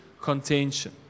contention